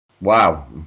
Wow